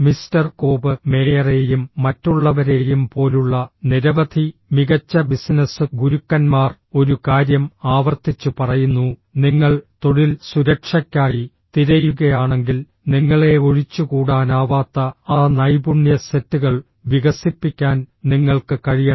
mister കോപ് മേയറെയും മറ്റുള്ളവരെയും പോലുള്ള നിരവധി മികച്ച ബിസിനസ്സ് ഗുരുക്കന്മാർ ഒരു കാര്യം ആവർത്തിച്ച് പറയുന്നു നിങ്ങൾ തൊഴിൽ സുരക്ഷയ്ക്കായി തിരയുകയാണെങ്കിൽ നിങ്ങളെ ഒഴിച്ചുകൂടാനാവാത്ത ആ നൈപുണ്യ സെറ്റുകൾ വികസിപ്പിക്കാൻ നിങ്ങൾക്ക് കഴിയണം